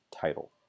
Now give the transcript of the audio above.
title